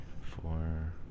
four